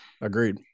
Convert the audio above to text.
Agreed